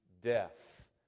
death